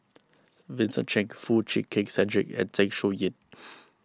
Vincent Cheng Foo Chee Keng Cedric and Zeng Shouyin